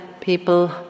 people